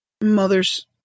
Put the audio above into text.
mothers